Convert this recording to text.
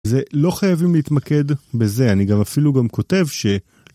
זה לא חייבים להתמקד בזה, אני גם אפילו גם כותב ש...